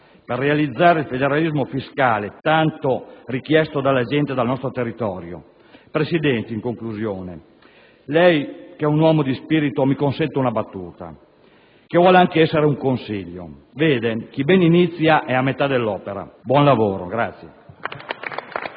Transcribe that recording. per realizzare il federalismo fiscale, tanto richiesto dalla gente e dal nostro territorio. In conclusione, Presidente, lei che è un uomo di spirito, mi consenta una battuta, che vuole anche essere un consiglio. Chi bene inizia è a metà dell'opera. Buon lavoro.